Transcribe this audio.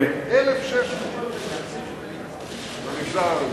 1,600 במגזר הערבי.